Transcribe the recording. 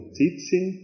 teaching